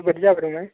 बेफोरबादि जाबोदोंमोन